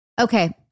Okay